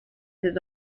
his